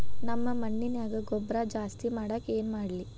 ನಮ್ಮ ಮಣ್ಣಿನ್ಯಾಗ ಗೊಬ್ರಾ ಜಾಸ್ತಿ ಮಾಡಾಕ ಏನ್ ಮಾಡ್ಲಿ?